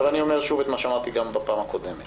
אני אומר שוב את מה שאמרתי גם בפעם הקודמת